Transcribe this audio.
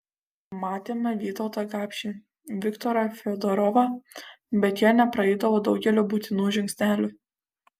matėme vytautą gapšį viktorą fiodorovą bet jie nepraeidavo daugelio būtinų žingsnelių